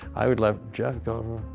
i would let jeff goldblum.